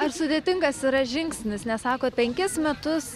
ar sudėtingas yra žingsnis nes sakot penkis metus